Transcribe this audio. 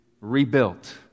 rebuilt